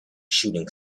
shooting